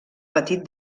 petit